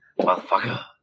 Motherfucker